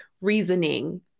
reasoning